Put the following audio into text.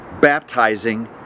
baptizing